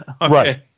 Right